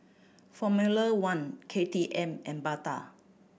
Formula One K T M and Bata